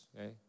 okay